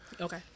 Okay